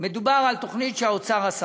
מדובר בתוכנית שהאוצר עשה.